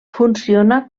funciona